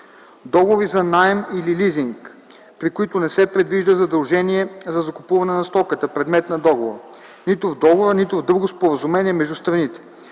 договори за наем или лизинг, при които не се предвижда задължение за закупуване на стоката - предмет на договора, нито в договора, нито в друго споразумение между страните;